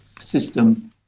system